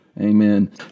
Amen